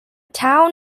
town